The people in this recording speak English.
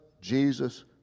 Jesus